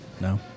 No